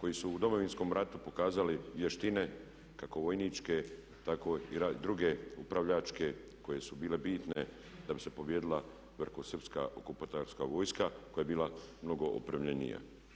koji su u Domovinskom ratu pokazali vještine kako vojničke tako i druge, upravljačke, koje su bile bitne da bi se pobijedila velikosrpska okupatorska vojska koja je bila mnogo opremljenija.